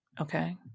Okay